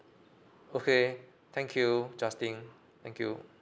okay thank you justine thank you